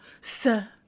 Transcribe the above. sir